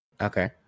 Okay